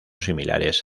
similares